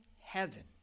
heaven